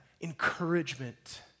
encouragement